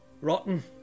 rotten